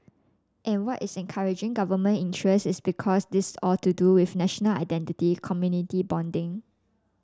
and what is encouraging government interest is because this all to do with national identity community bonding